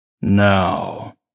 Now